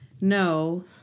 no